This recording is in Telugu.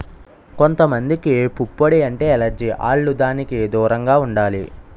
కొంత మందికి పుప్పొడి అంటే ఎలెర్జి ఆల్లు దానికి దూరంగా ఉండాలి